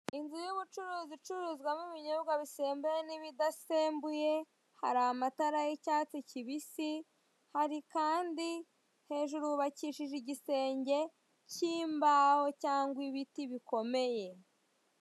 Inzu y'ubucuruzi izururizwamo ibinyobwa bisembuye n'ibidasembuye hari amatara y'icyatsi kibisi hari kandi hejuru hubakishije igisenge k'imbaho cyangwa ibiti bikomeye.